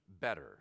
better